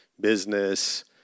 business